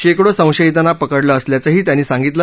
शेकडो संशयितांना पकडलं असल्याचही त्यांनी सांगितलं